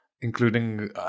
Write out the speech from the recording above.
including